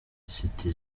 lisiti